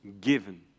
given